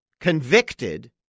Convicted